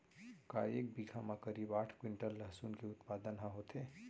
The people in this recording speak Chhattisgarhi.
का एक बीघा म करीब आठ क्विंटल लहसुन के उत्पादन ह होथे?